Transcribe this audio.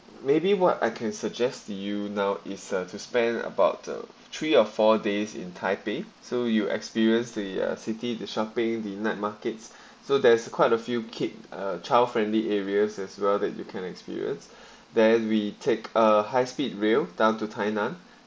maybe what I can suggest to you now is uh to spend about uh three or four days in taipei so you experience the uh city the shopping the night markets so there's quite a few kid uh child friendly areas as well that you can experience then we take uh high speed rail down to tai nan